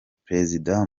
prezida